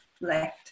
left